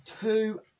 two